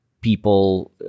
people